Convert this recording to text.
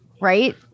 Right